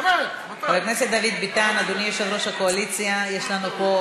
אין להם מה לחפש פה.